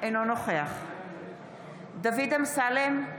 אינו נוכח דוד אמסלם,